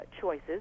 choices